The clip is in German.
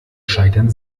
scheitern